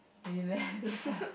really meh so fun